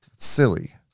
Silly